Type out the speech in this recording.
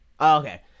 Okay